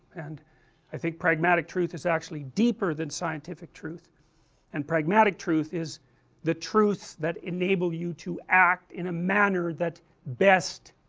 and i think that pragmatic truth is actually deeper than scientific truth and pragmatic truth is the truths that enable you to act in a manner that best